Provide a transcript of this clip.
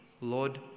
Lord